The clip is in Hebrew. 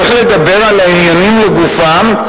צריך לדבר על העניינים לגופם,